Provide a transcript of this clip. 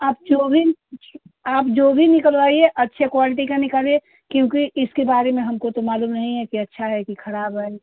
आप जो भी आप जो भी निकलवाइए अच्छे क्वालटी का निकालिए क्योंकि इसके बारे में हमको तो मालूम नहीं है कि अच्छा है कि खराब है